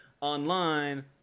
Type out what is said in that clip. online